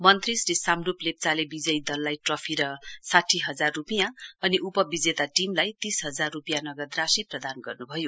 मन्त्री श्री साम्डुप लेप्चाले विजयी दललाई ट्रफी र साठीहजार रुपियाँ अनि उपविजेता टीमलाई तीसहजार रुपियाँ नगदराशि प्रदान गर्नुभयो